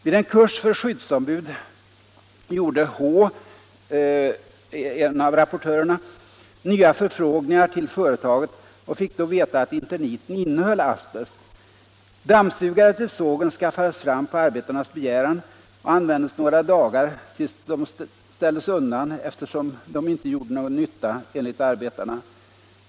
Vid en kurs för skyddsombud gjorde H” — en av rapportörerna — ”nya förfrågningar till företaget och fick då veta att Interniten innehöll asbest. Dammsugare till sågen skaffades fram på arbetarnas begäran och användes några dagar tills de ställdes undan eftersom de inte gjorde någon nytta enl arbetarna.